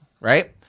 right